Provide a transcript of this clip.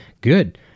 Good